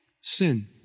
sin